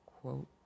quote